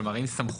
כלומר האם סמכות